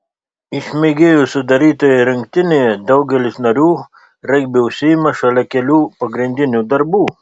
iš mėgėjų sudarytoje rinktinėje daugelis narių regbiu užsiima šalia kelių pagrindinių darbų